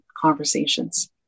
conversations